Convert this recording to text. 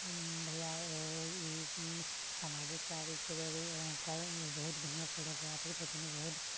हम भइया ओ ई समाजिक कार्यके लेल ओकर बहुत बढ़िआँ फोटोग्राफर छथिन ओ बहुत